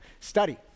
study